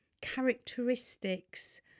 characteristics